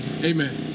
Amen